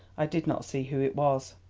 i did not see who it was.